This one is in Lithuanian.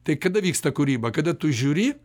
tai kada vyksta kūryba kada tu žiūri